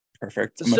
Perfect